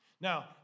Now